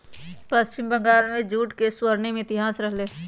पश्चिम बंगाल में जूट के स्वर्णिम इतिहास रहले है